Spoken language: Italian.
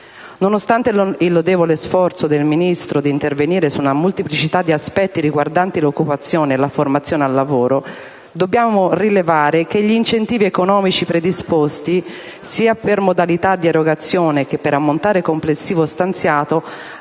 Nonostante il lodevole sforzo del Ministro di intervenire su una molteplicità dì aspetti riguardanti l'occupazione e la formazione al lavoro, dobbiamo rilevare che gli incentivi economici predisposti, sia per modalità di erogazione che per ammontare complessivo stanziato,